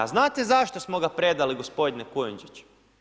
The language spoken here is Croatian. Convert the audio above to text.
A znate zašto smo ga predali gospodine Kujundžić?